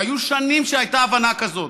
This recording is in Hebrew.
היו שנים שהייתה הבנה כזאת.